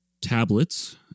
tablets